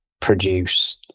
produce